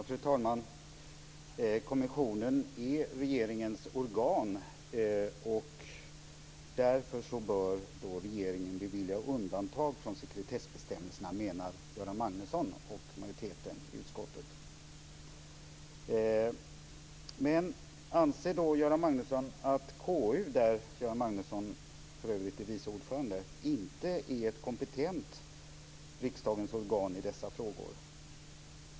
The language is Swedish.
Fru talman! Kommissionen är regeringens organ, och därför bör regeringen bevilja undantag från sekretessbestämmelserna, menar Göran Magnusson och majoriteten i utskottet. Men anser då Göran Magnusson att KU, där han för övrigt är vice ordförande, inte är ett kompetent riksdagens organ i dessa frågor?